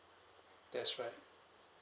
that's right